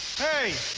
hey!